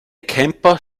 camper